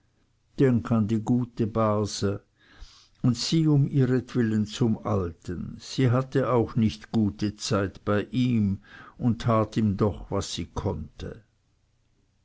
denk an die gute base und sieh um ihretwillen zum alten sie hatte auch nicht gute zeit bei ihm und tat ihm doch was sie konnte